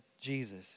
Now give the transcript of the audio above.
Jesus